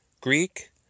Greek